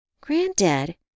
Granddad